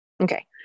Okay